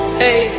hey